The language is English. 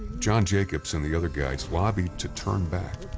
john jacobs and the other guides lobbied to turn back,